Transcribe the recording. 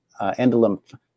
endolymph